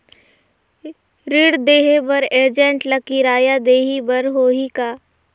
ऋण देहे बर एजेंट ला किराया देही बर होही का?